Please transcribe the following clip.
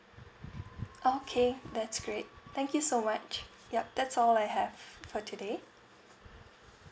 okay that's great thank you so much yup that's all I have for today